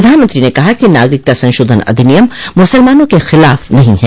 प्रधानमंत्री ने कहा कि नागरिकता संशोधन अधिनियम मुसलमानों के खिलाफ नहीं है